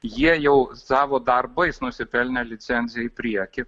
jie jau savo darbais nusipelnė licencijų į priekį